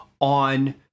on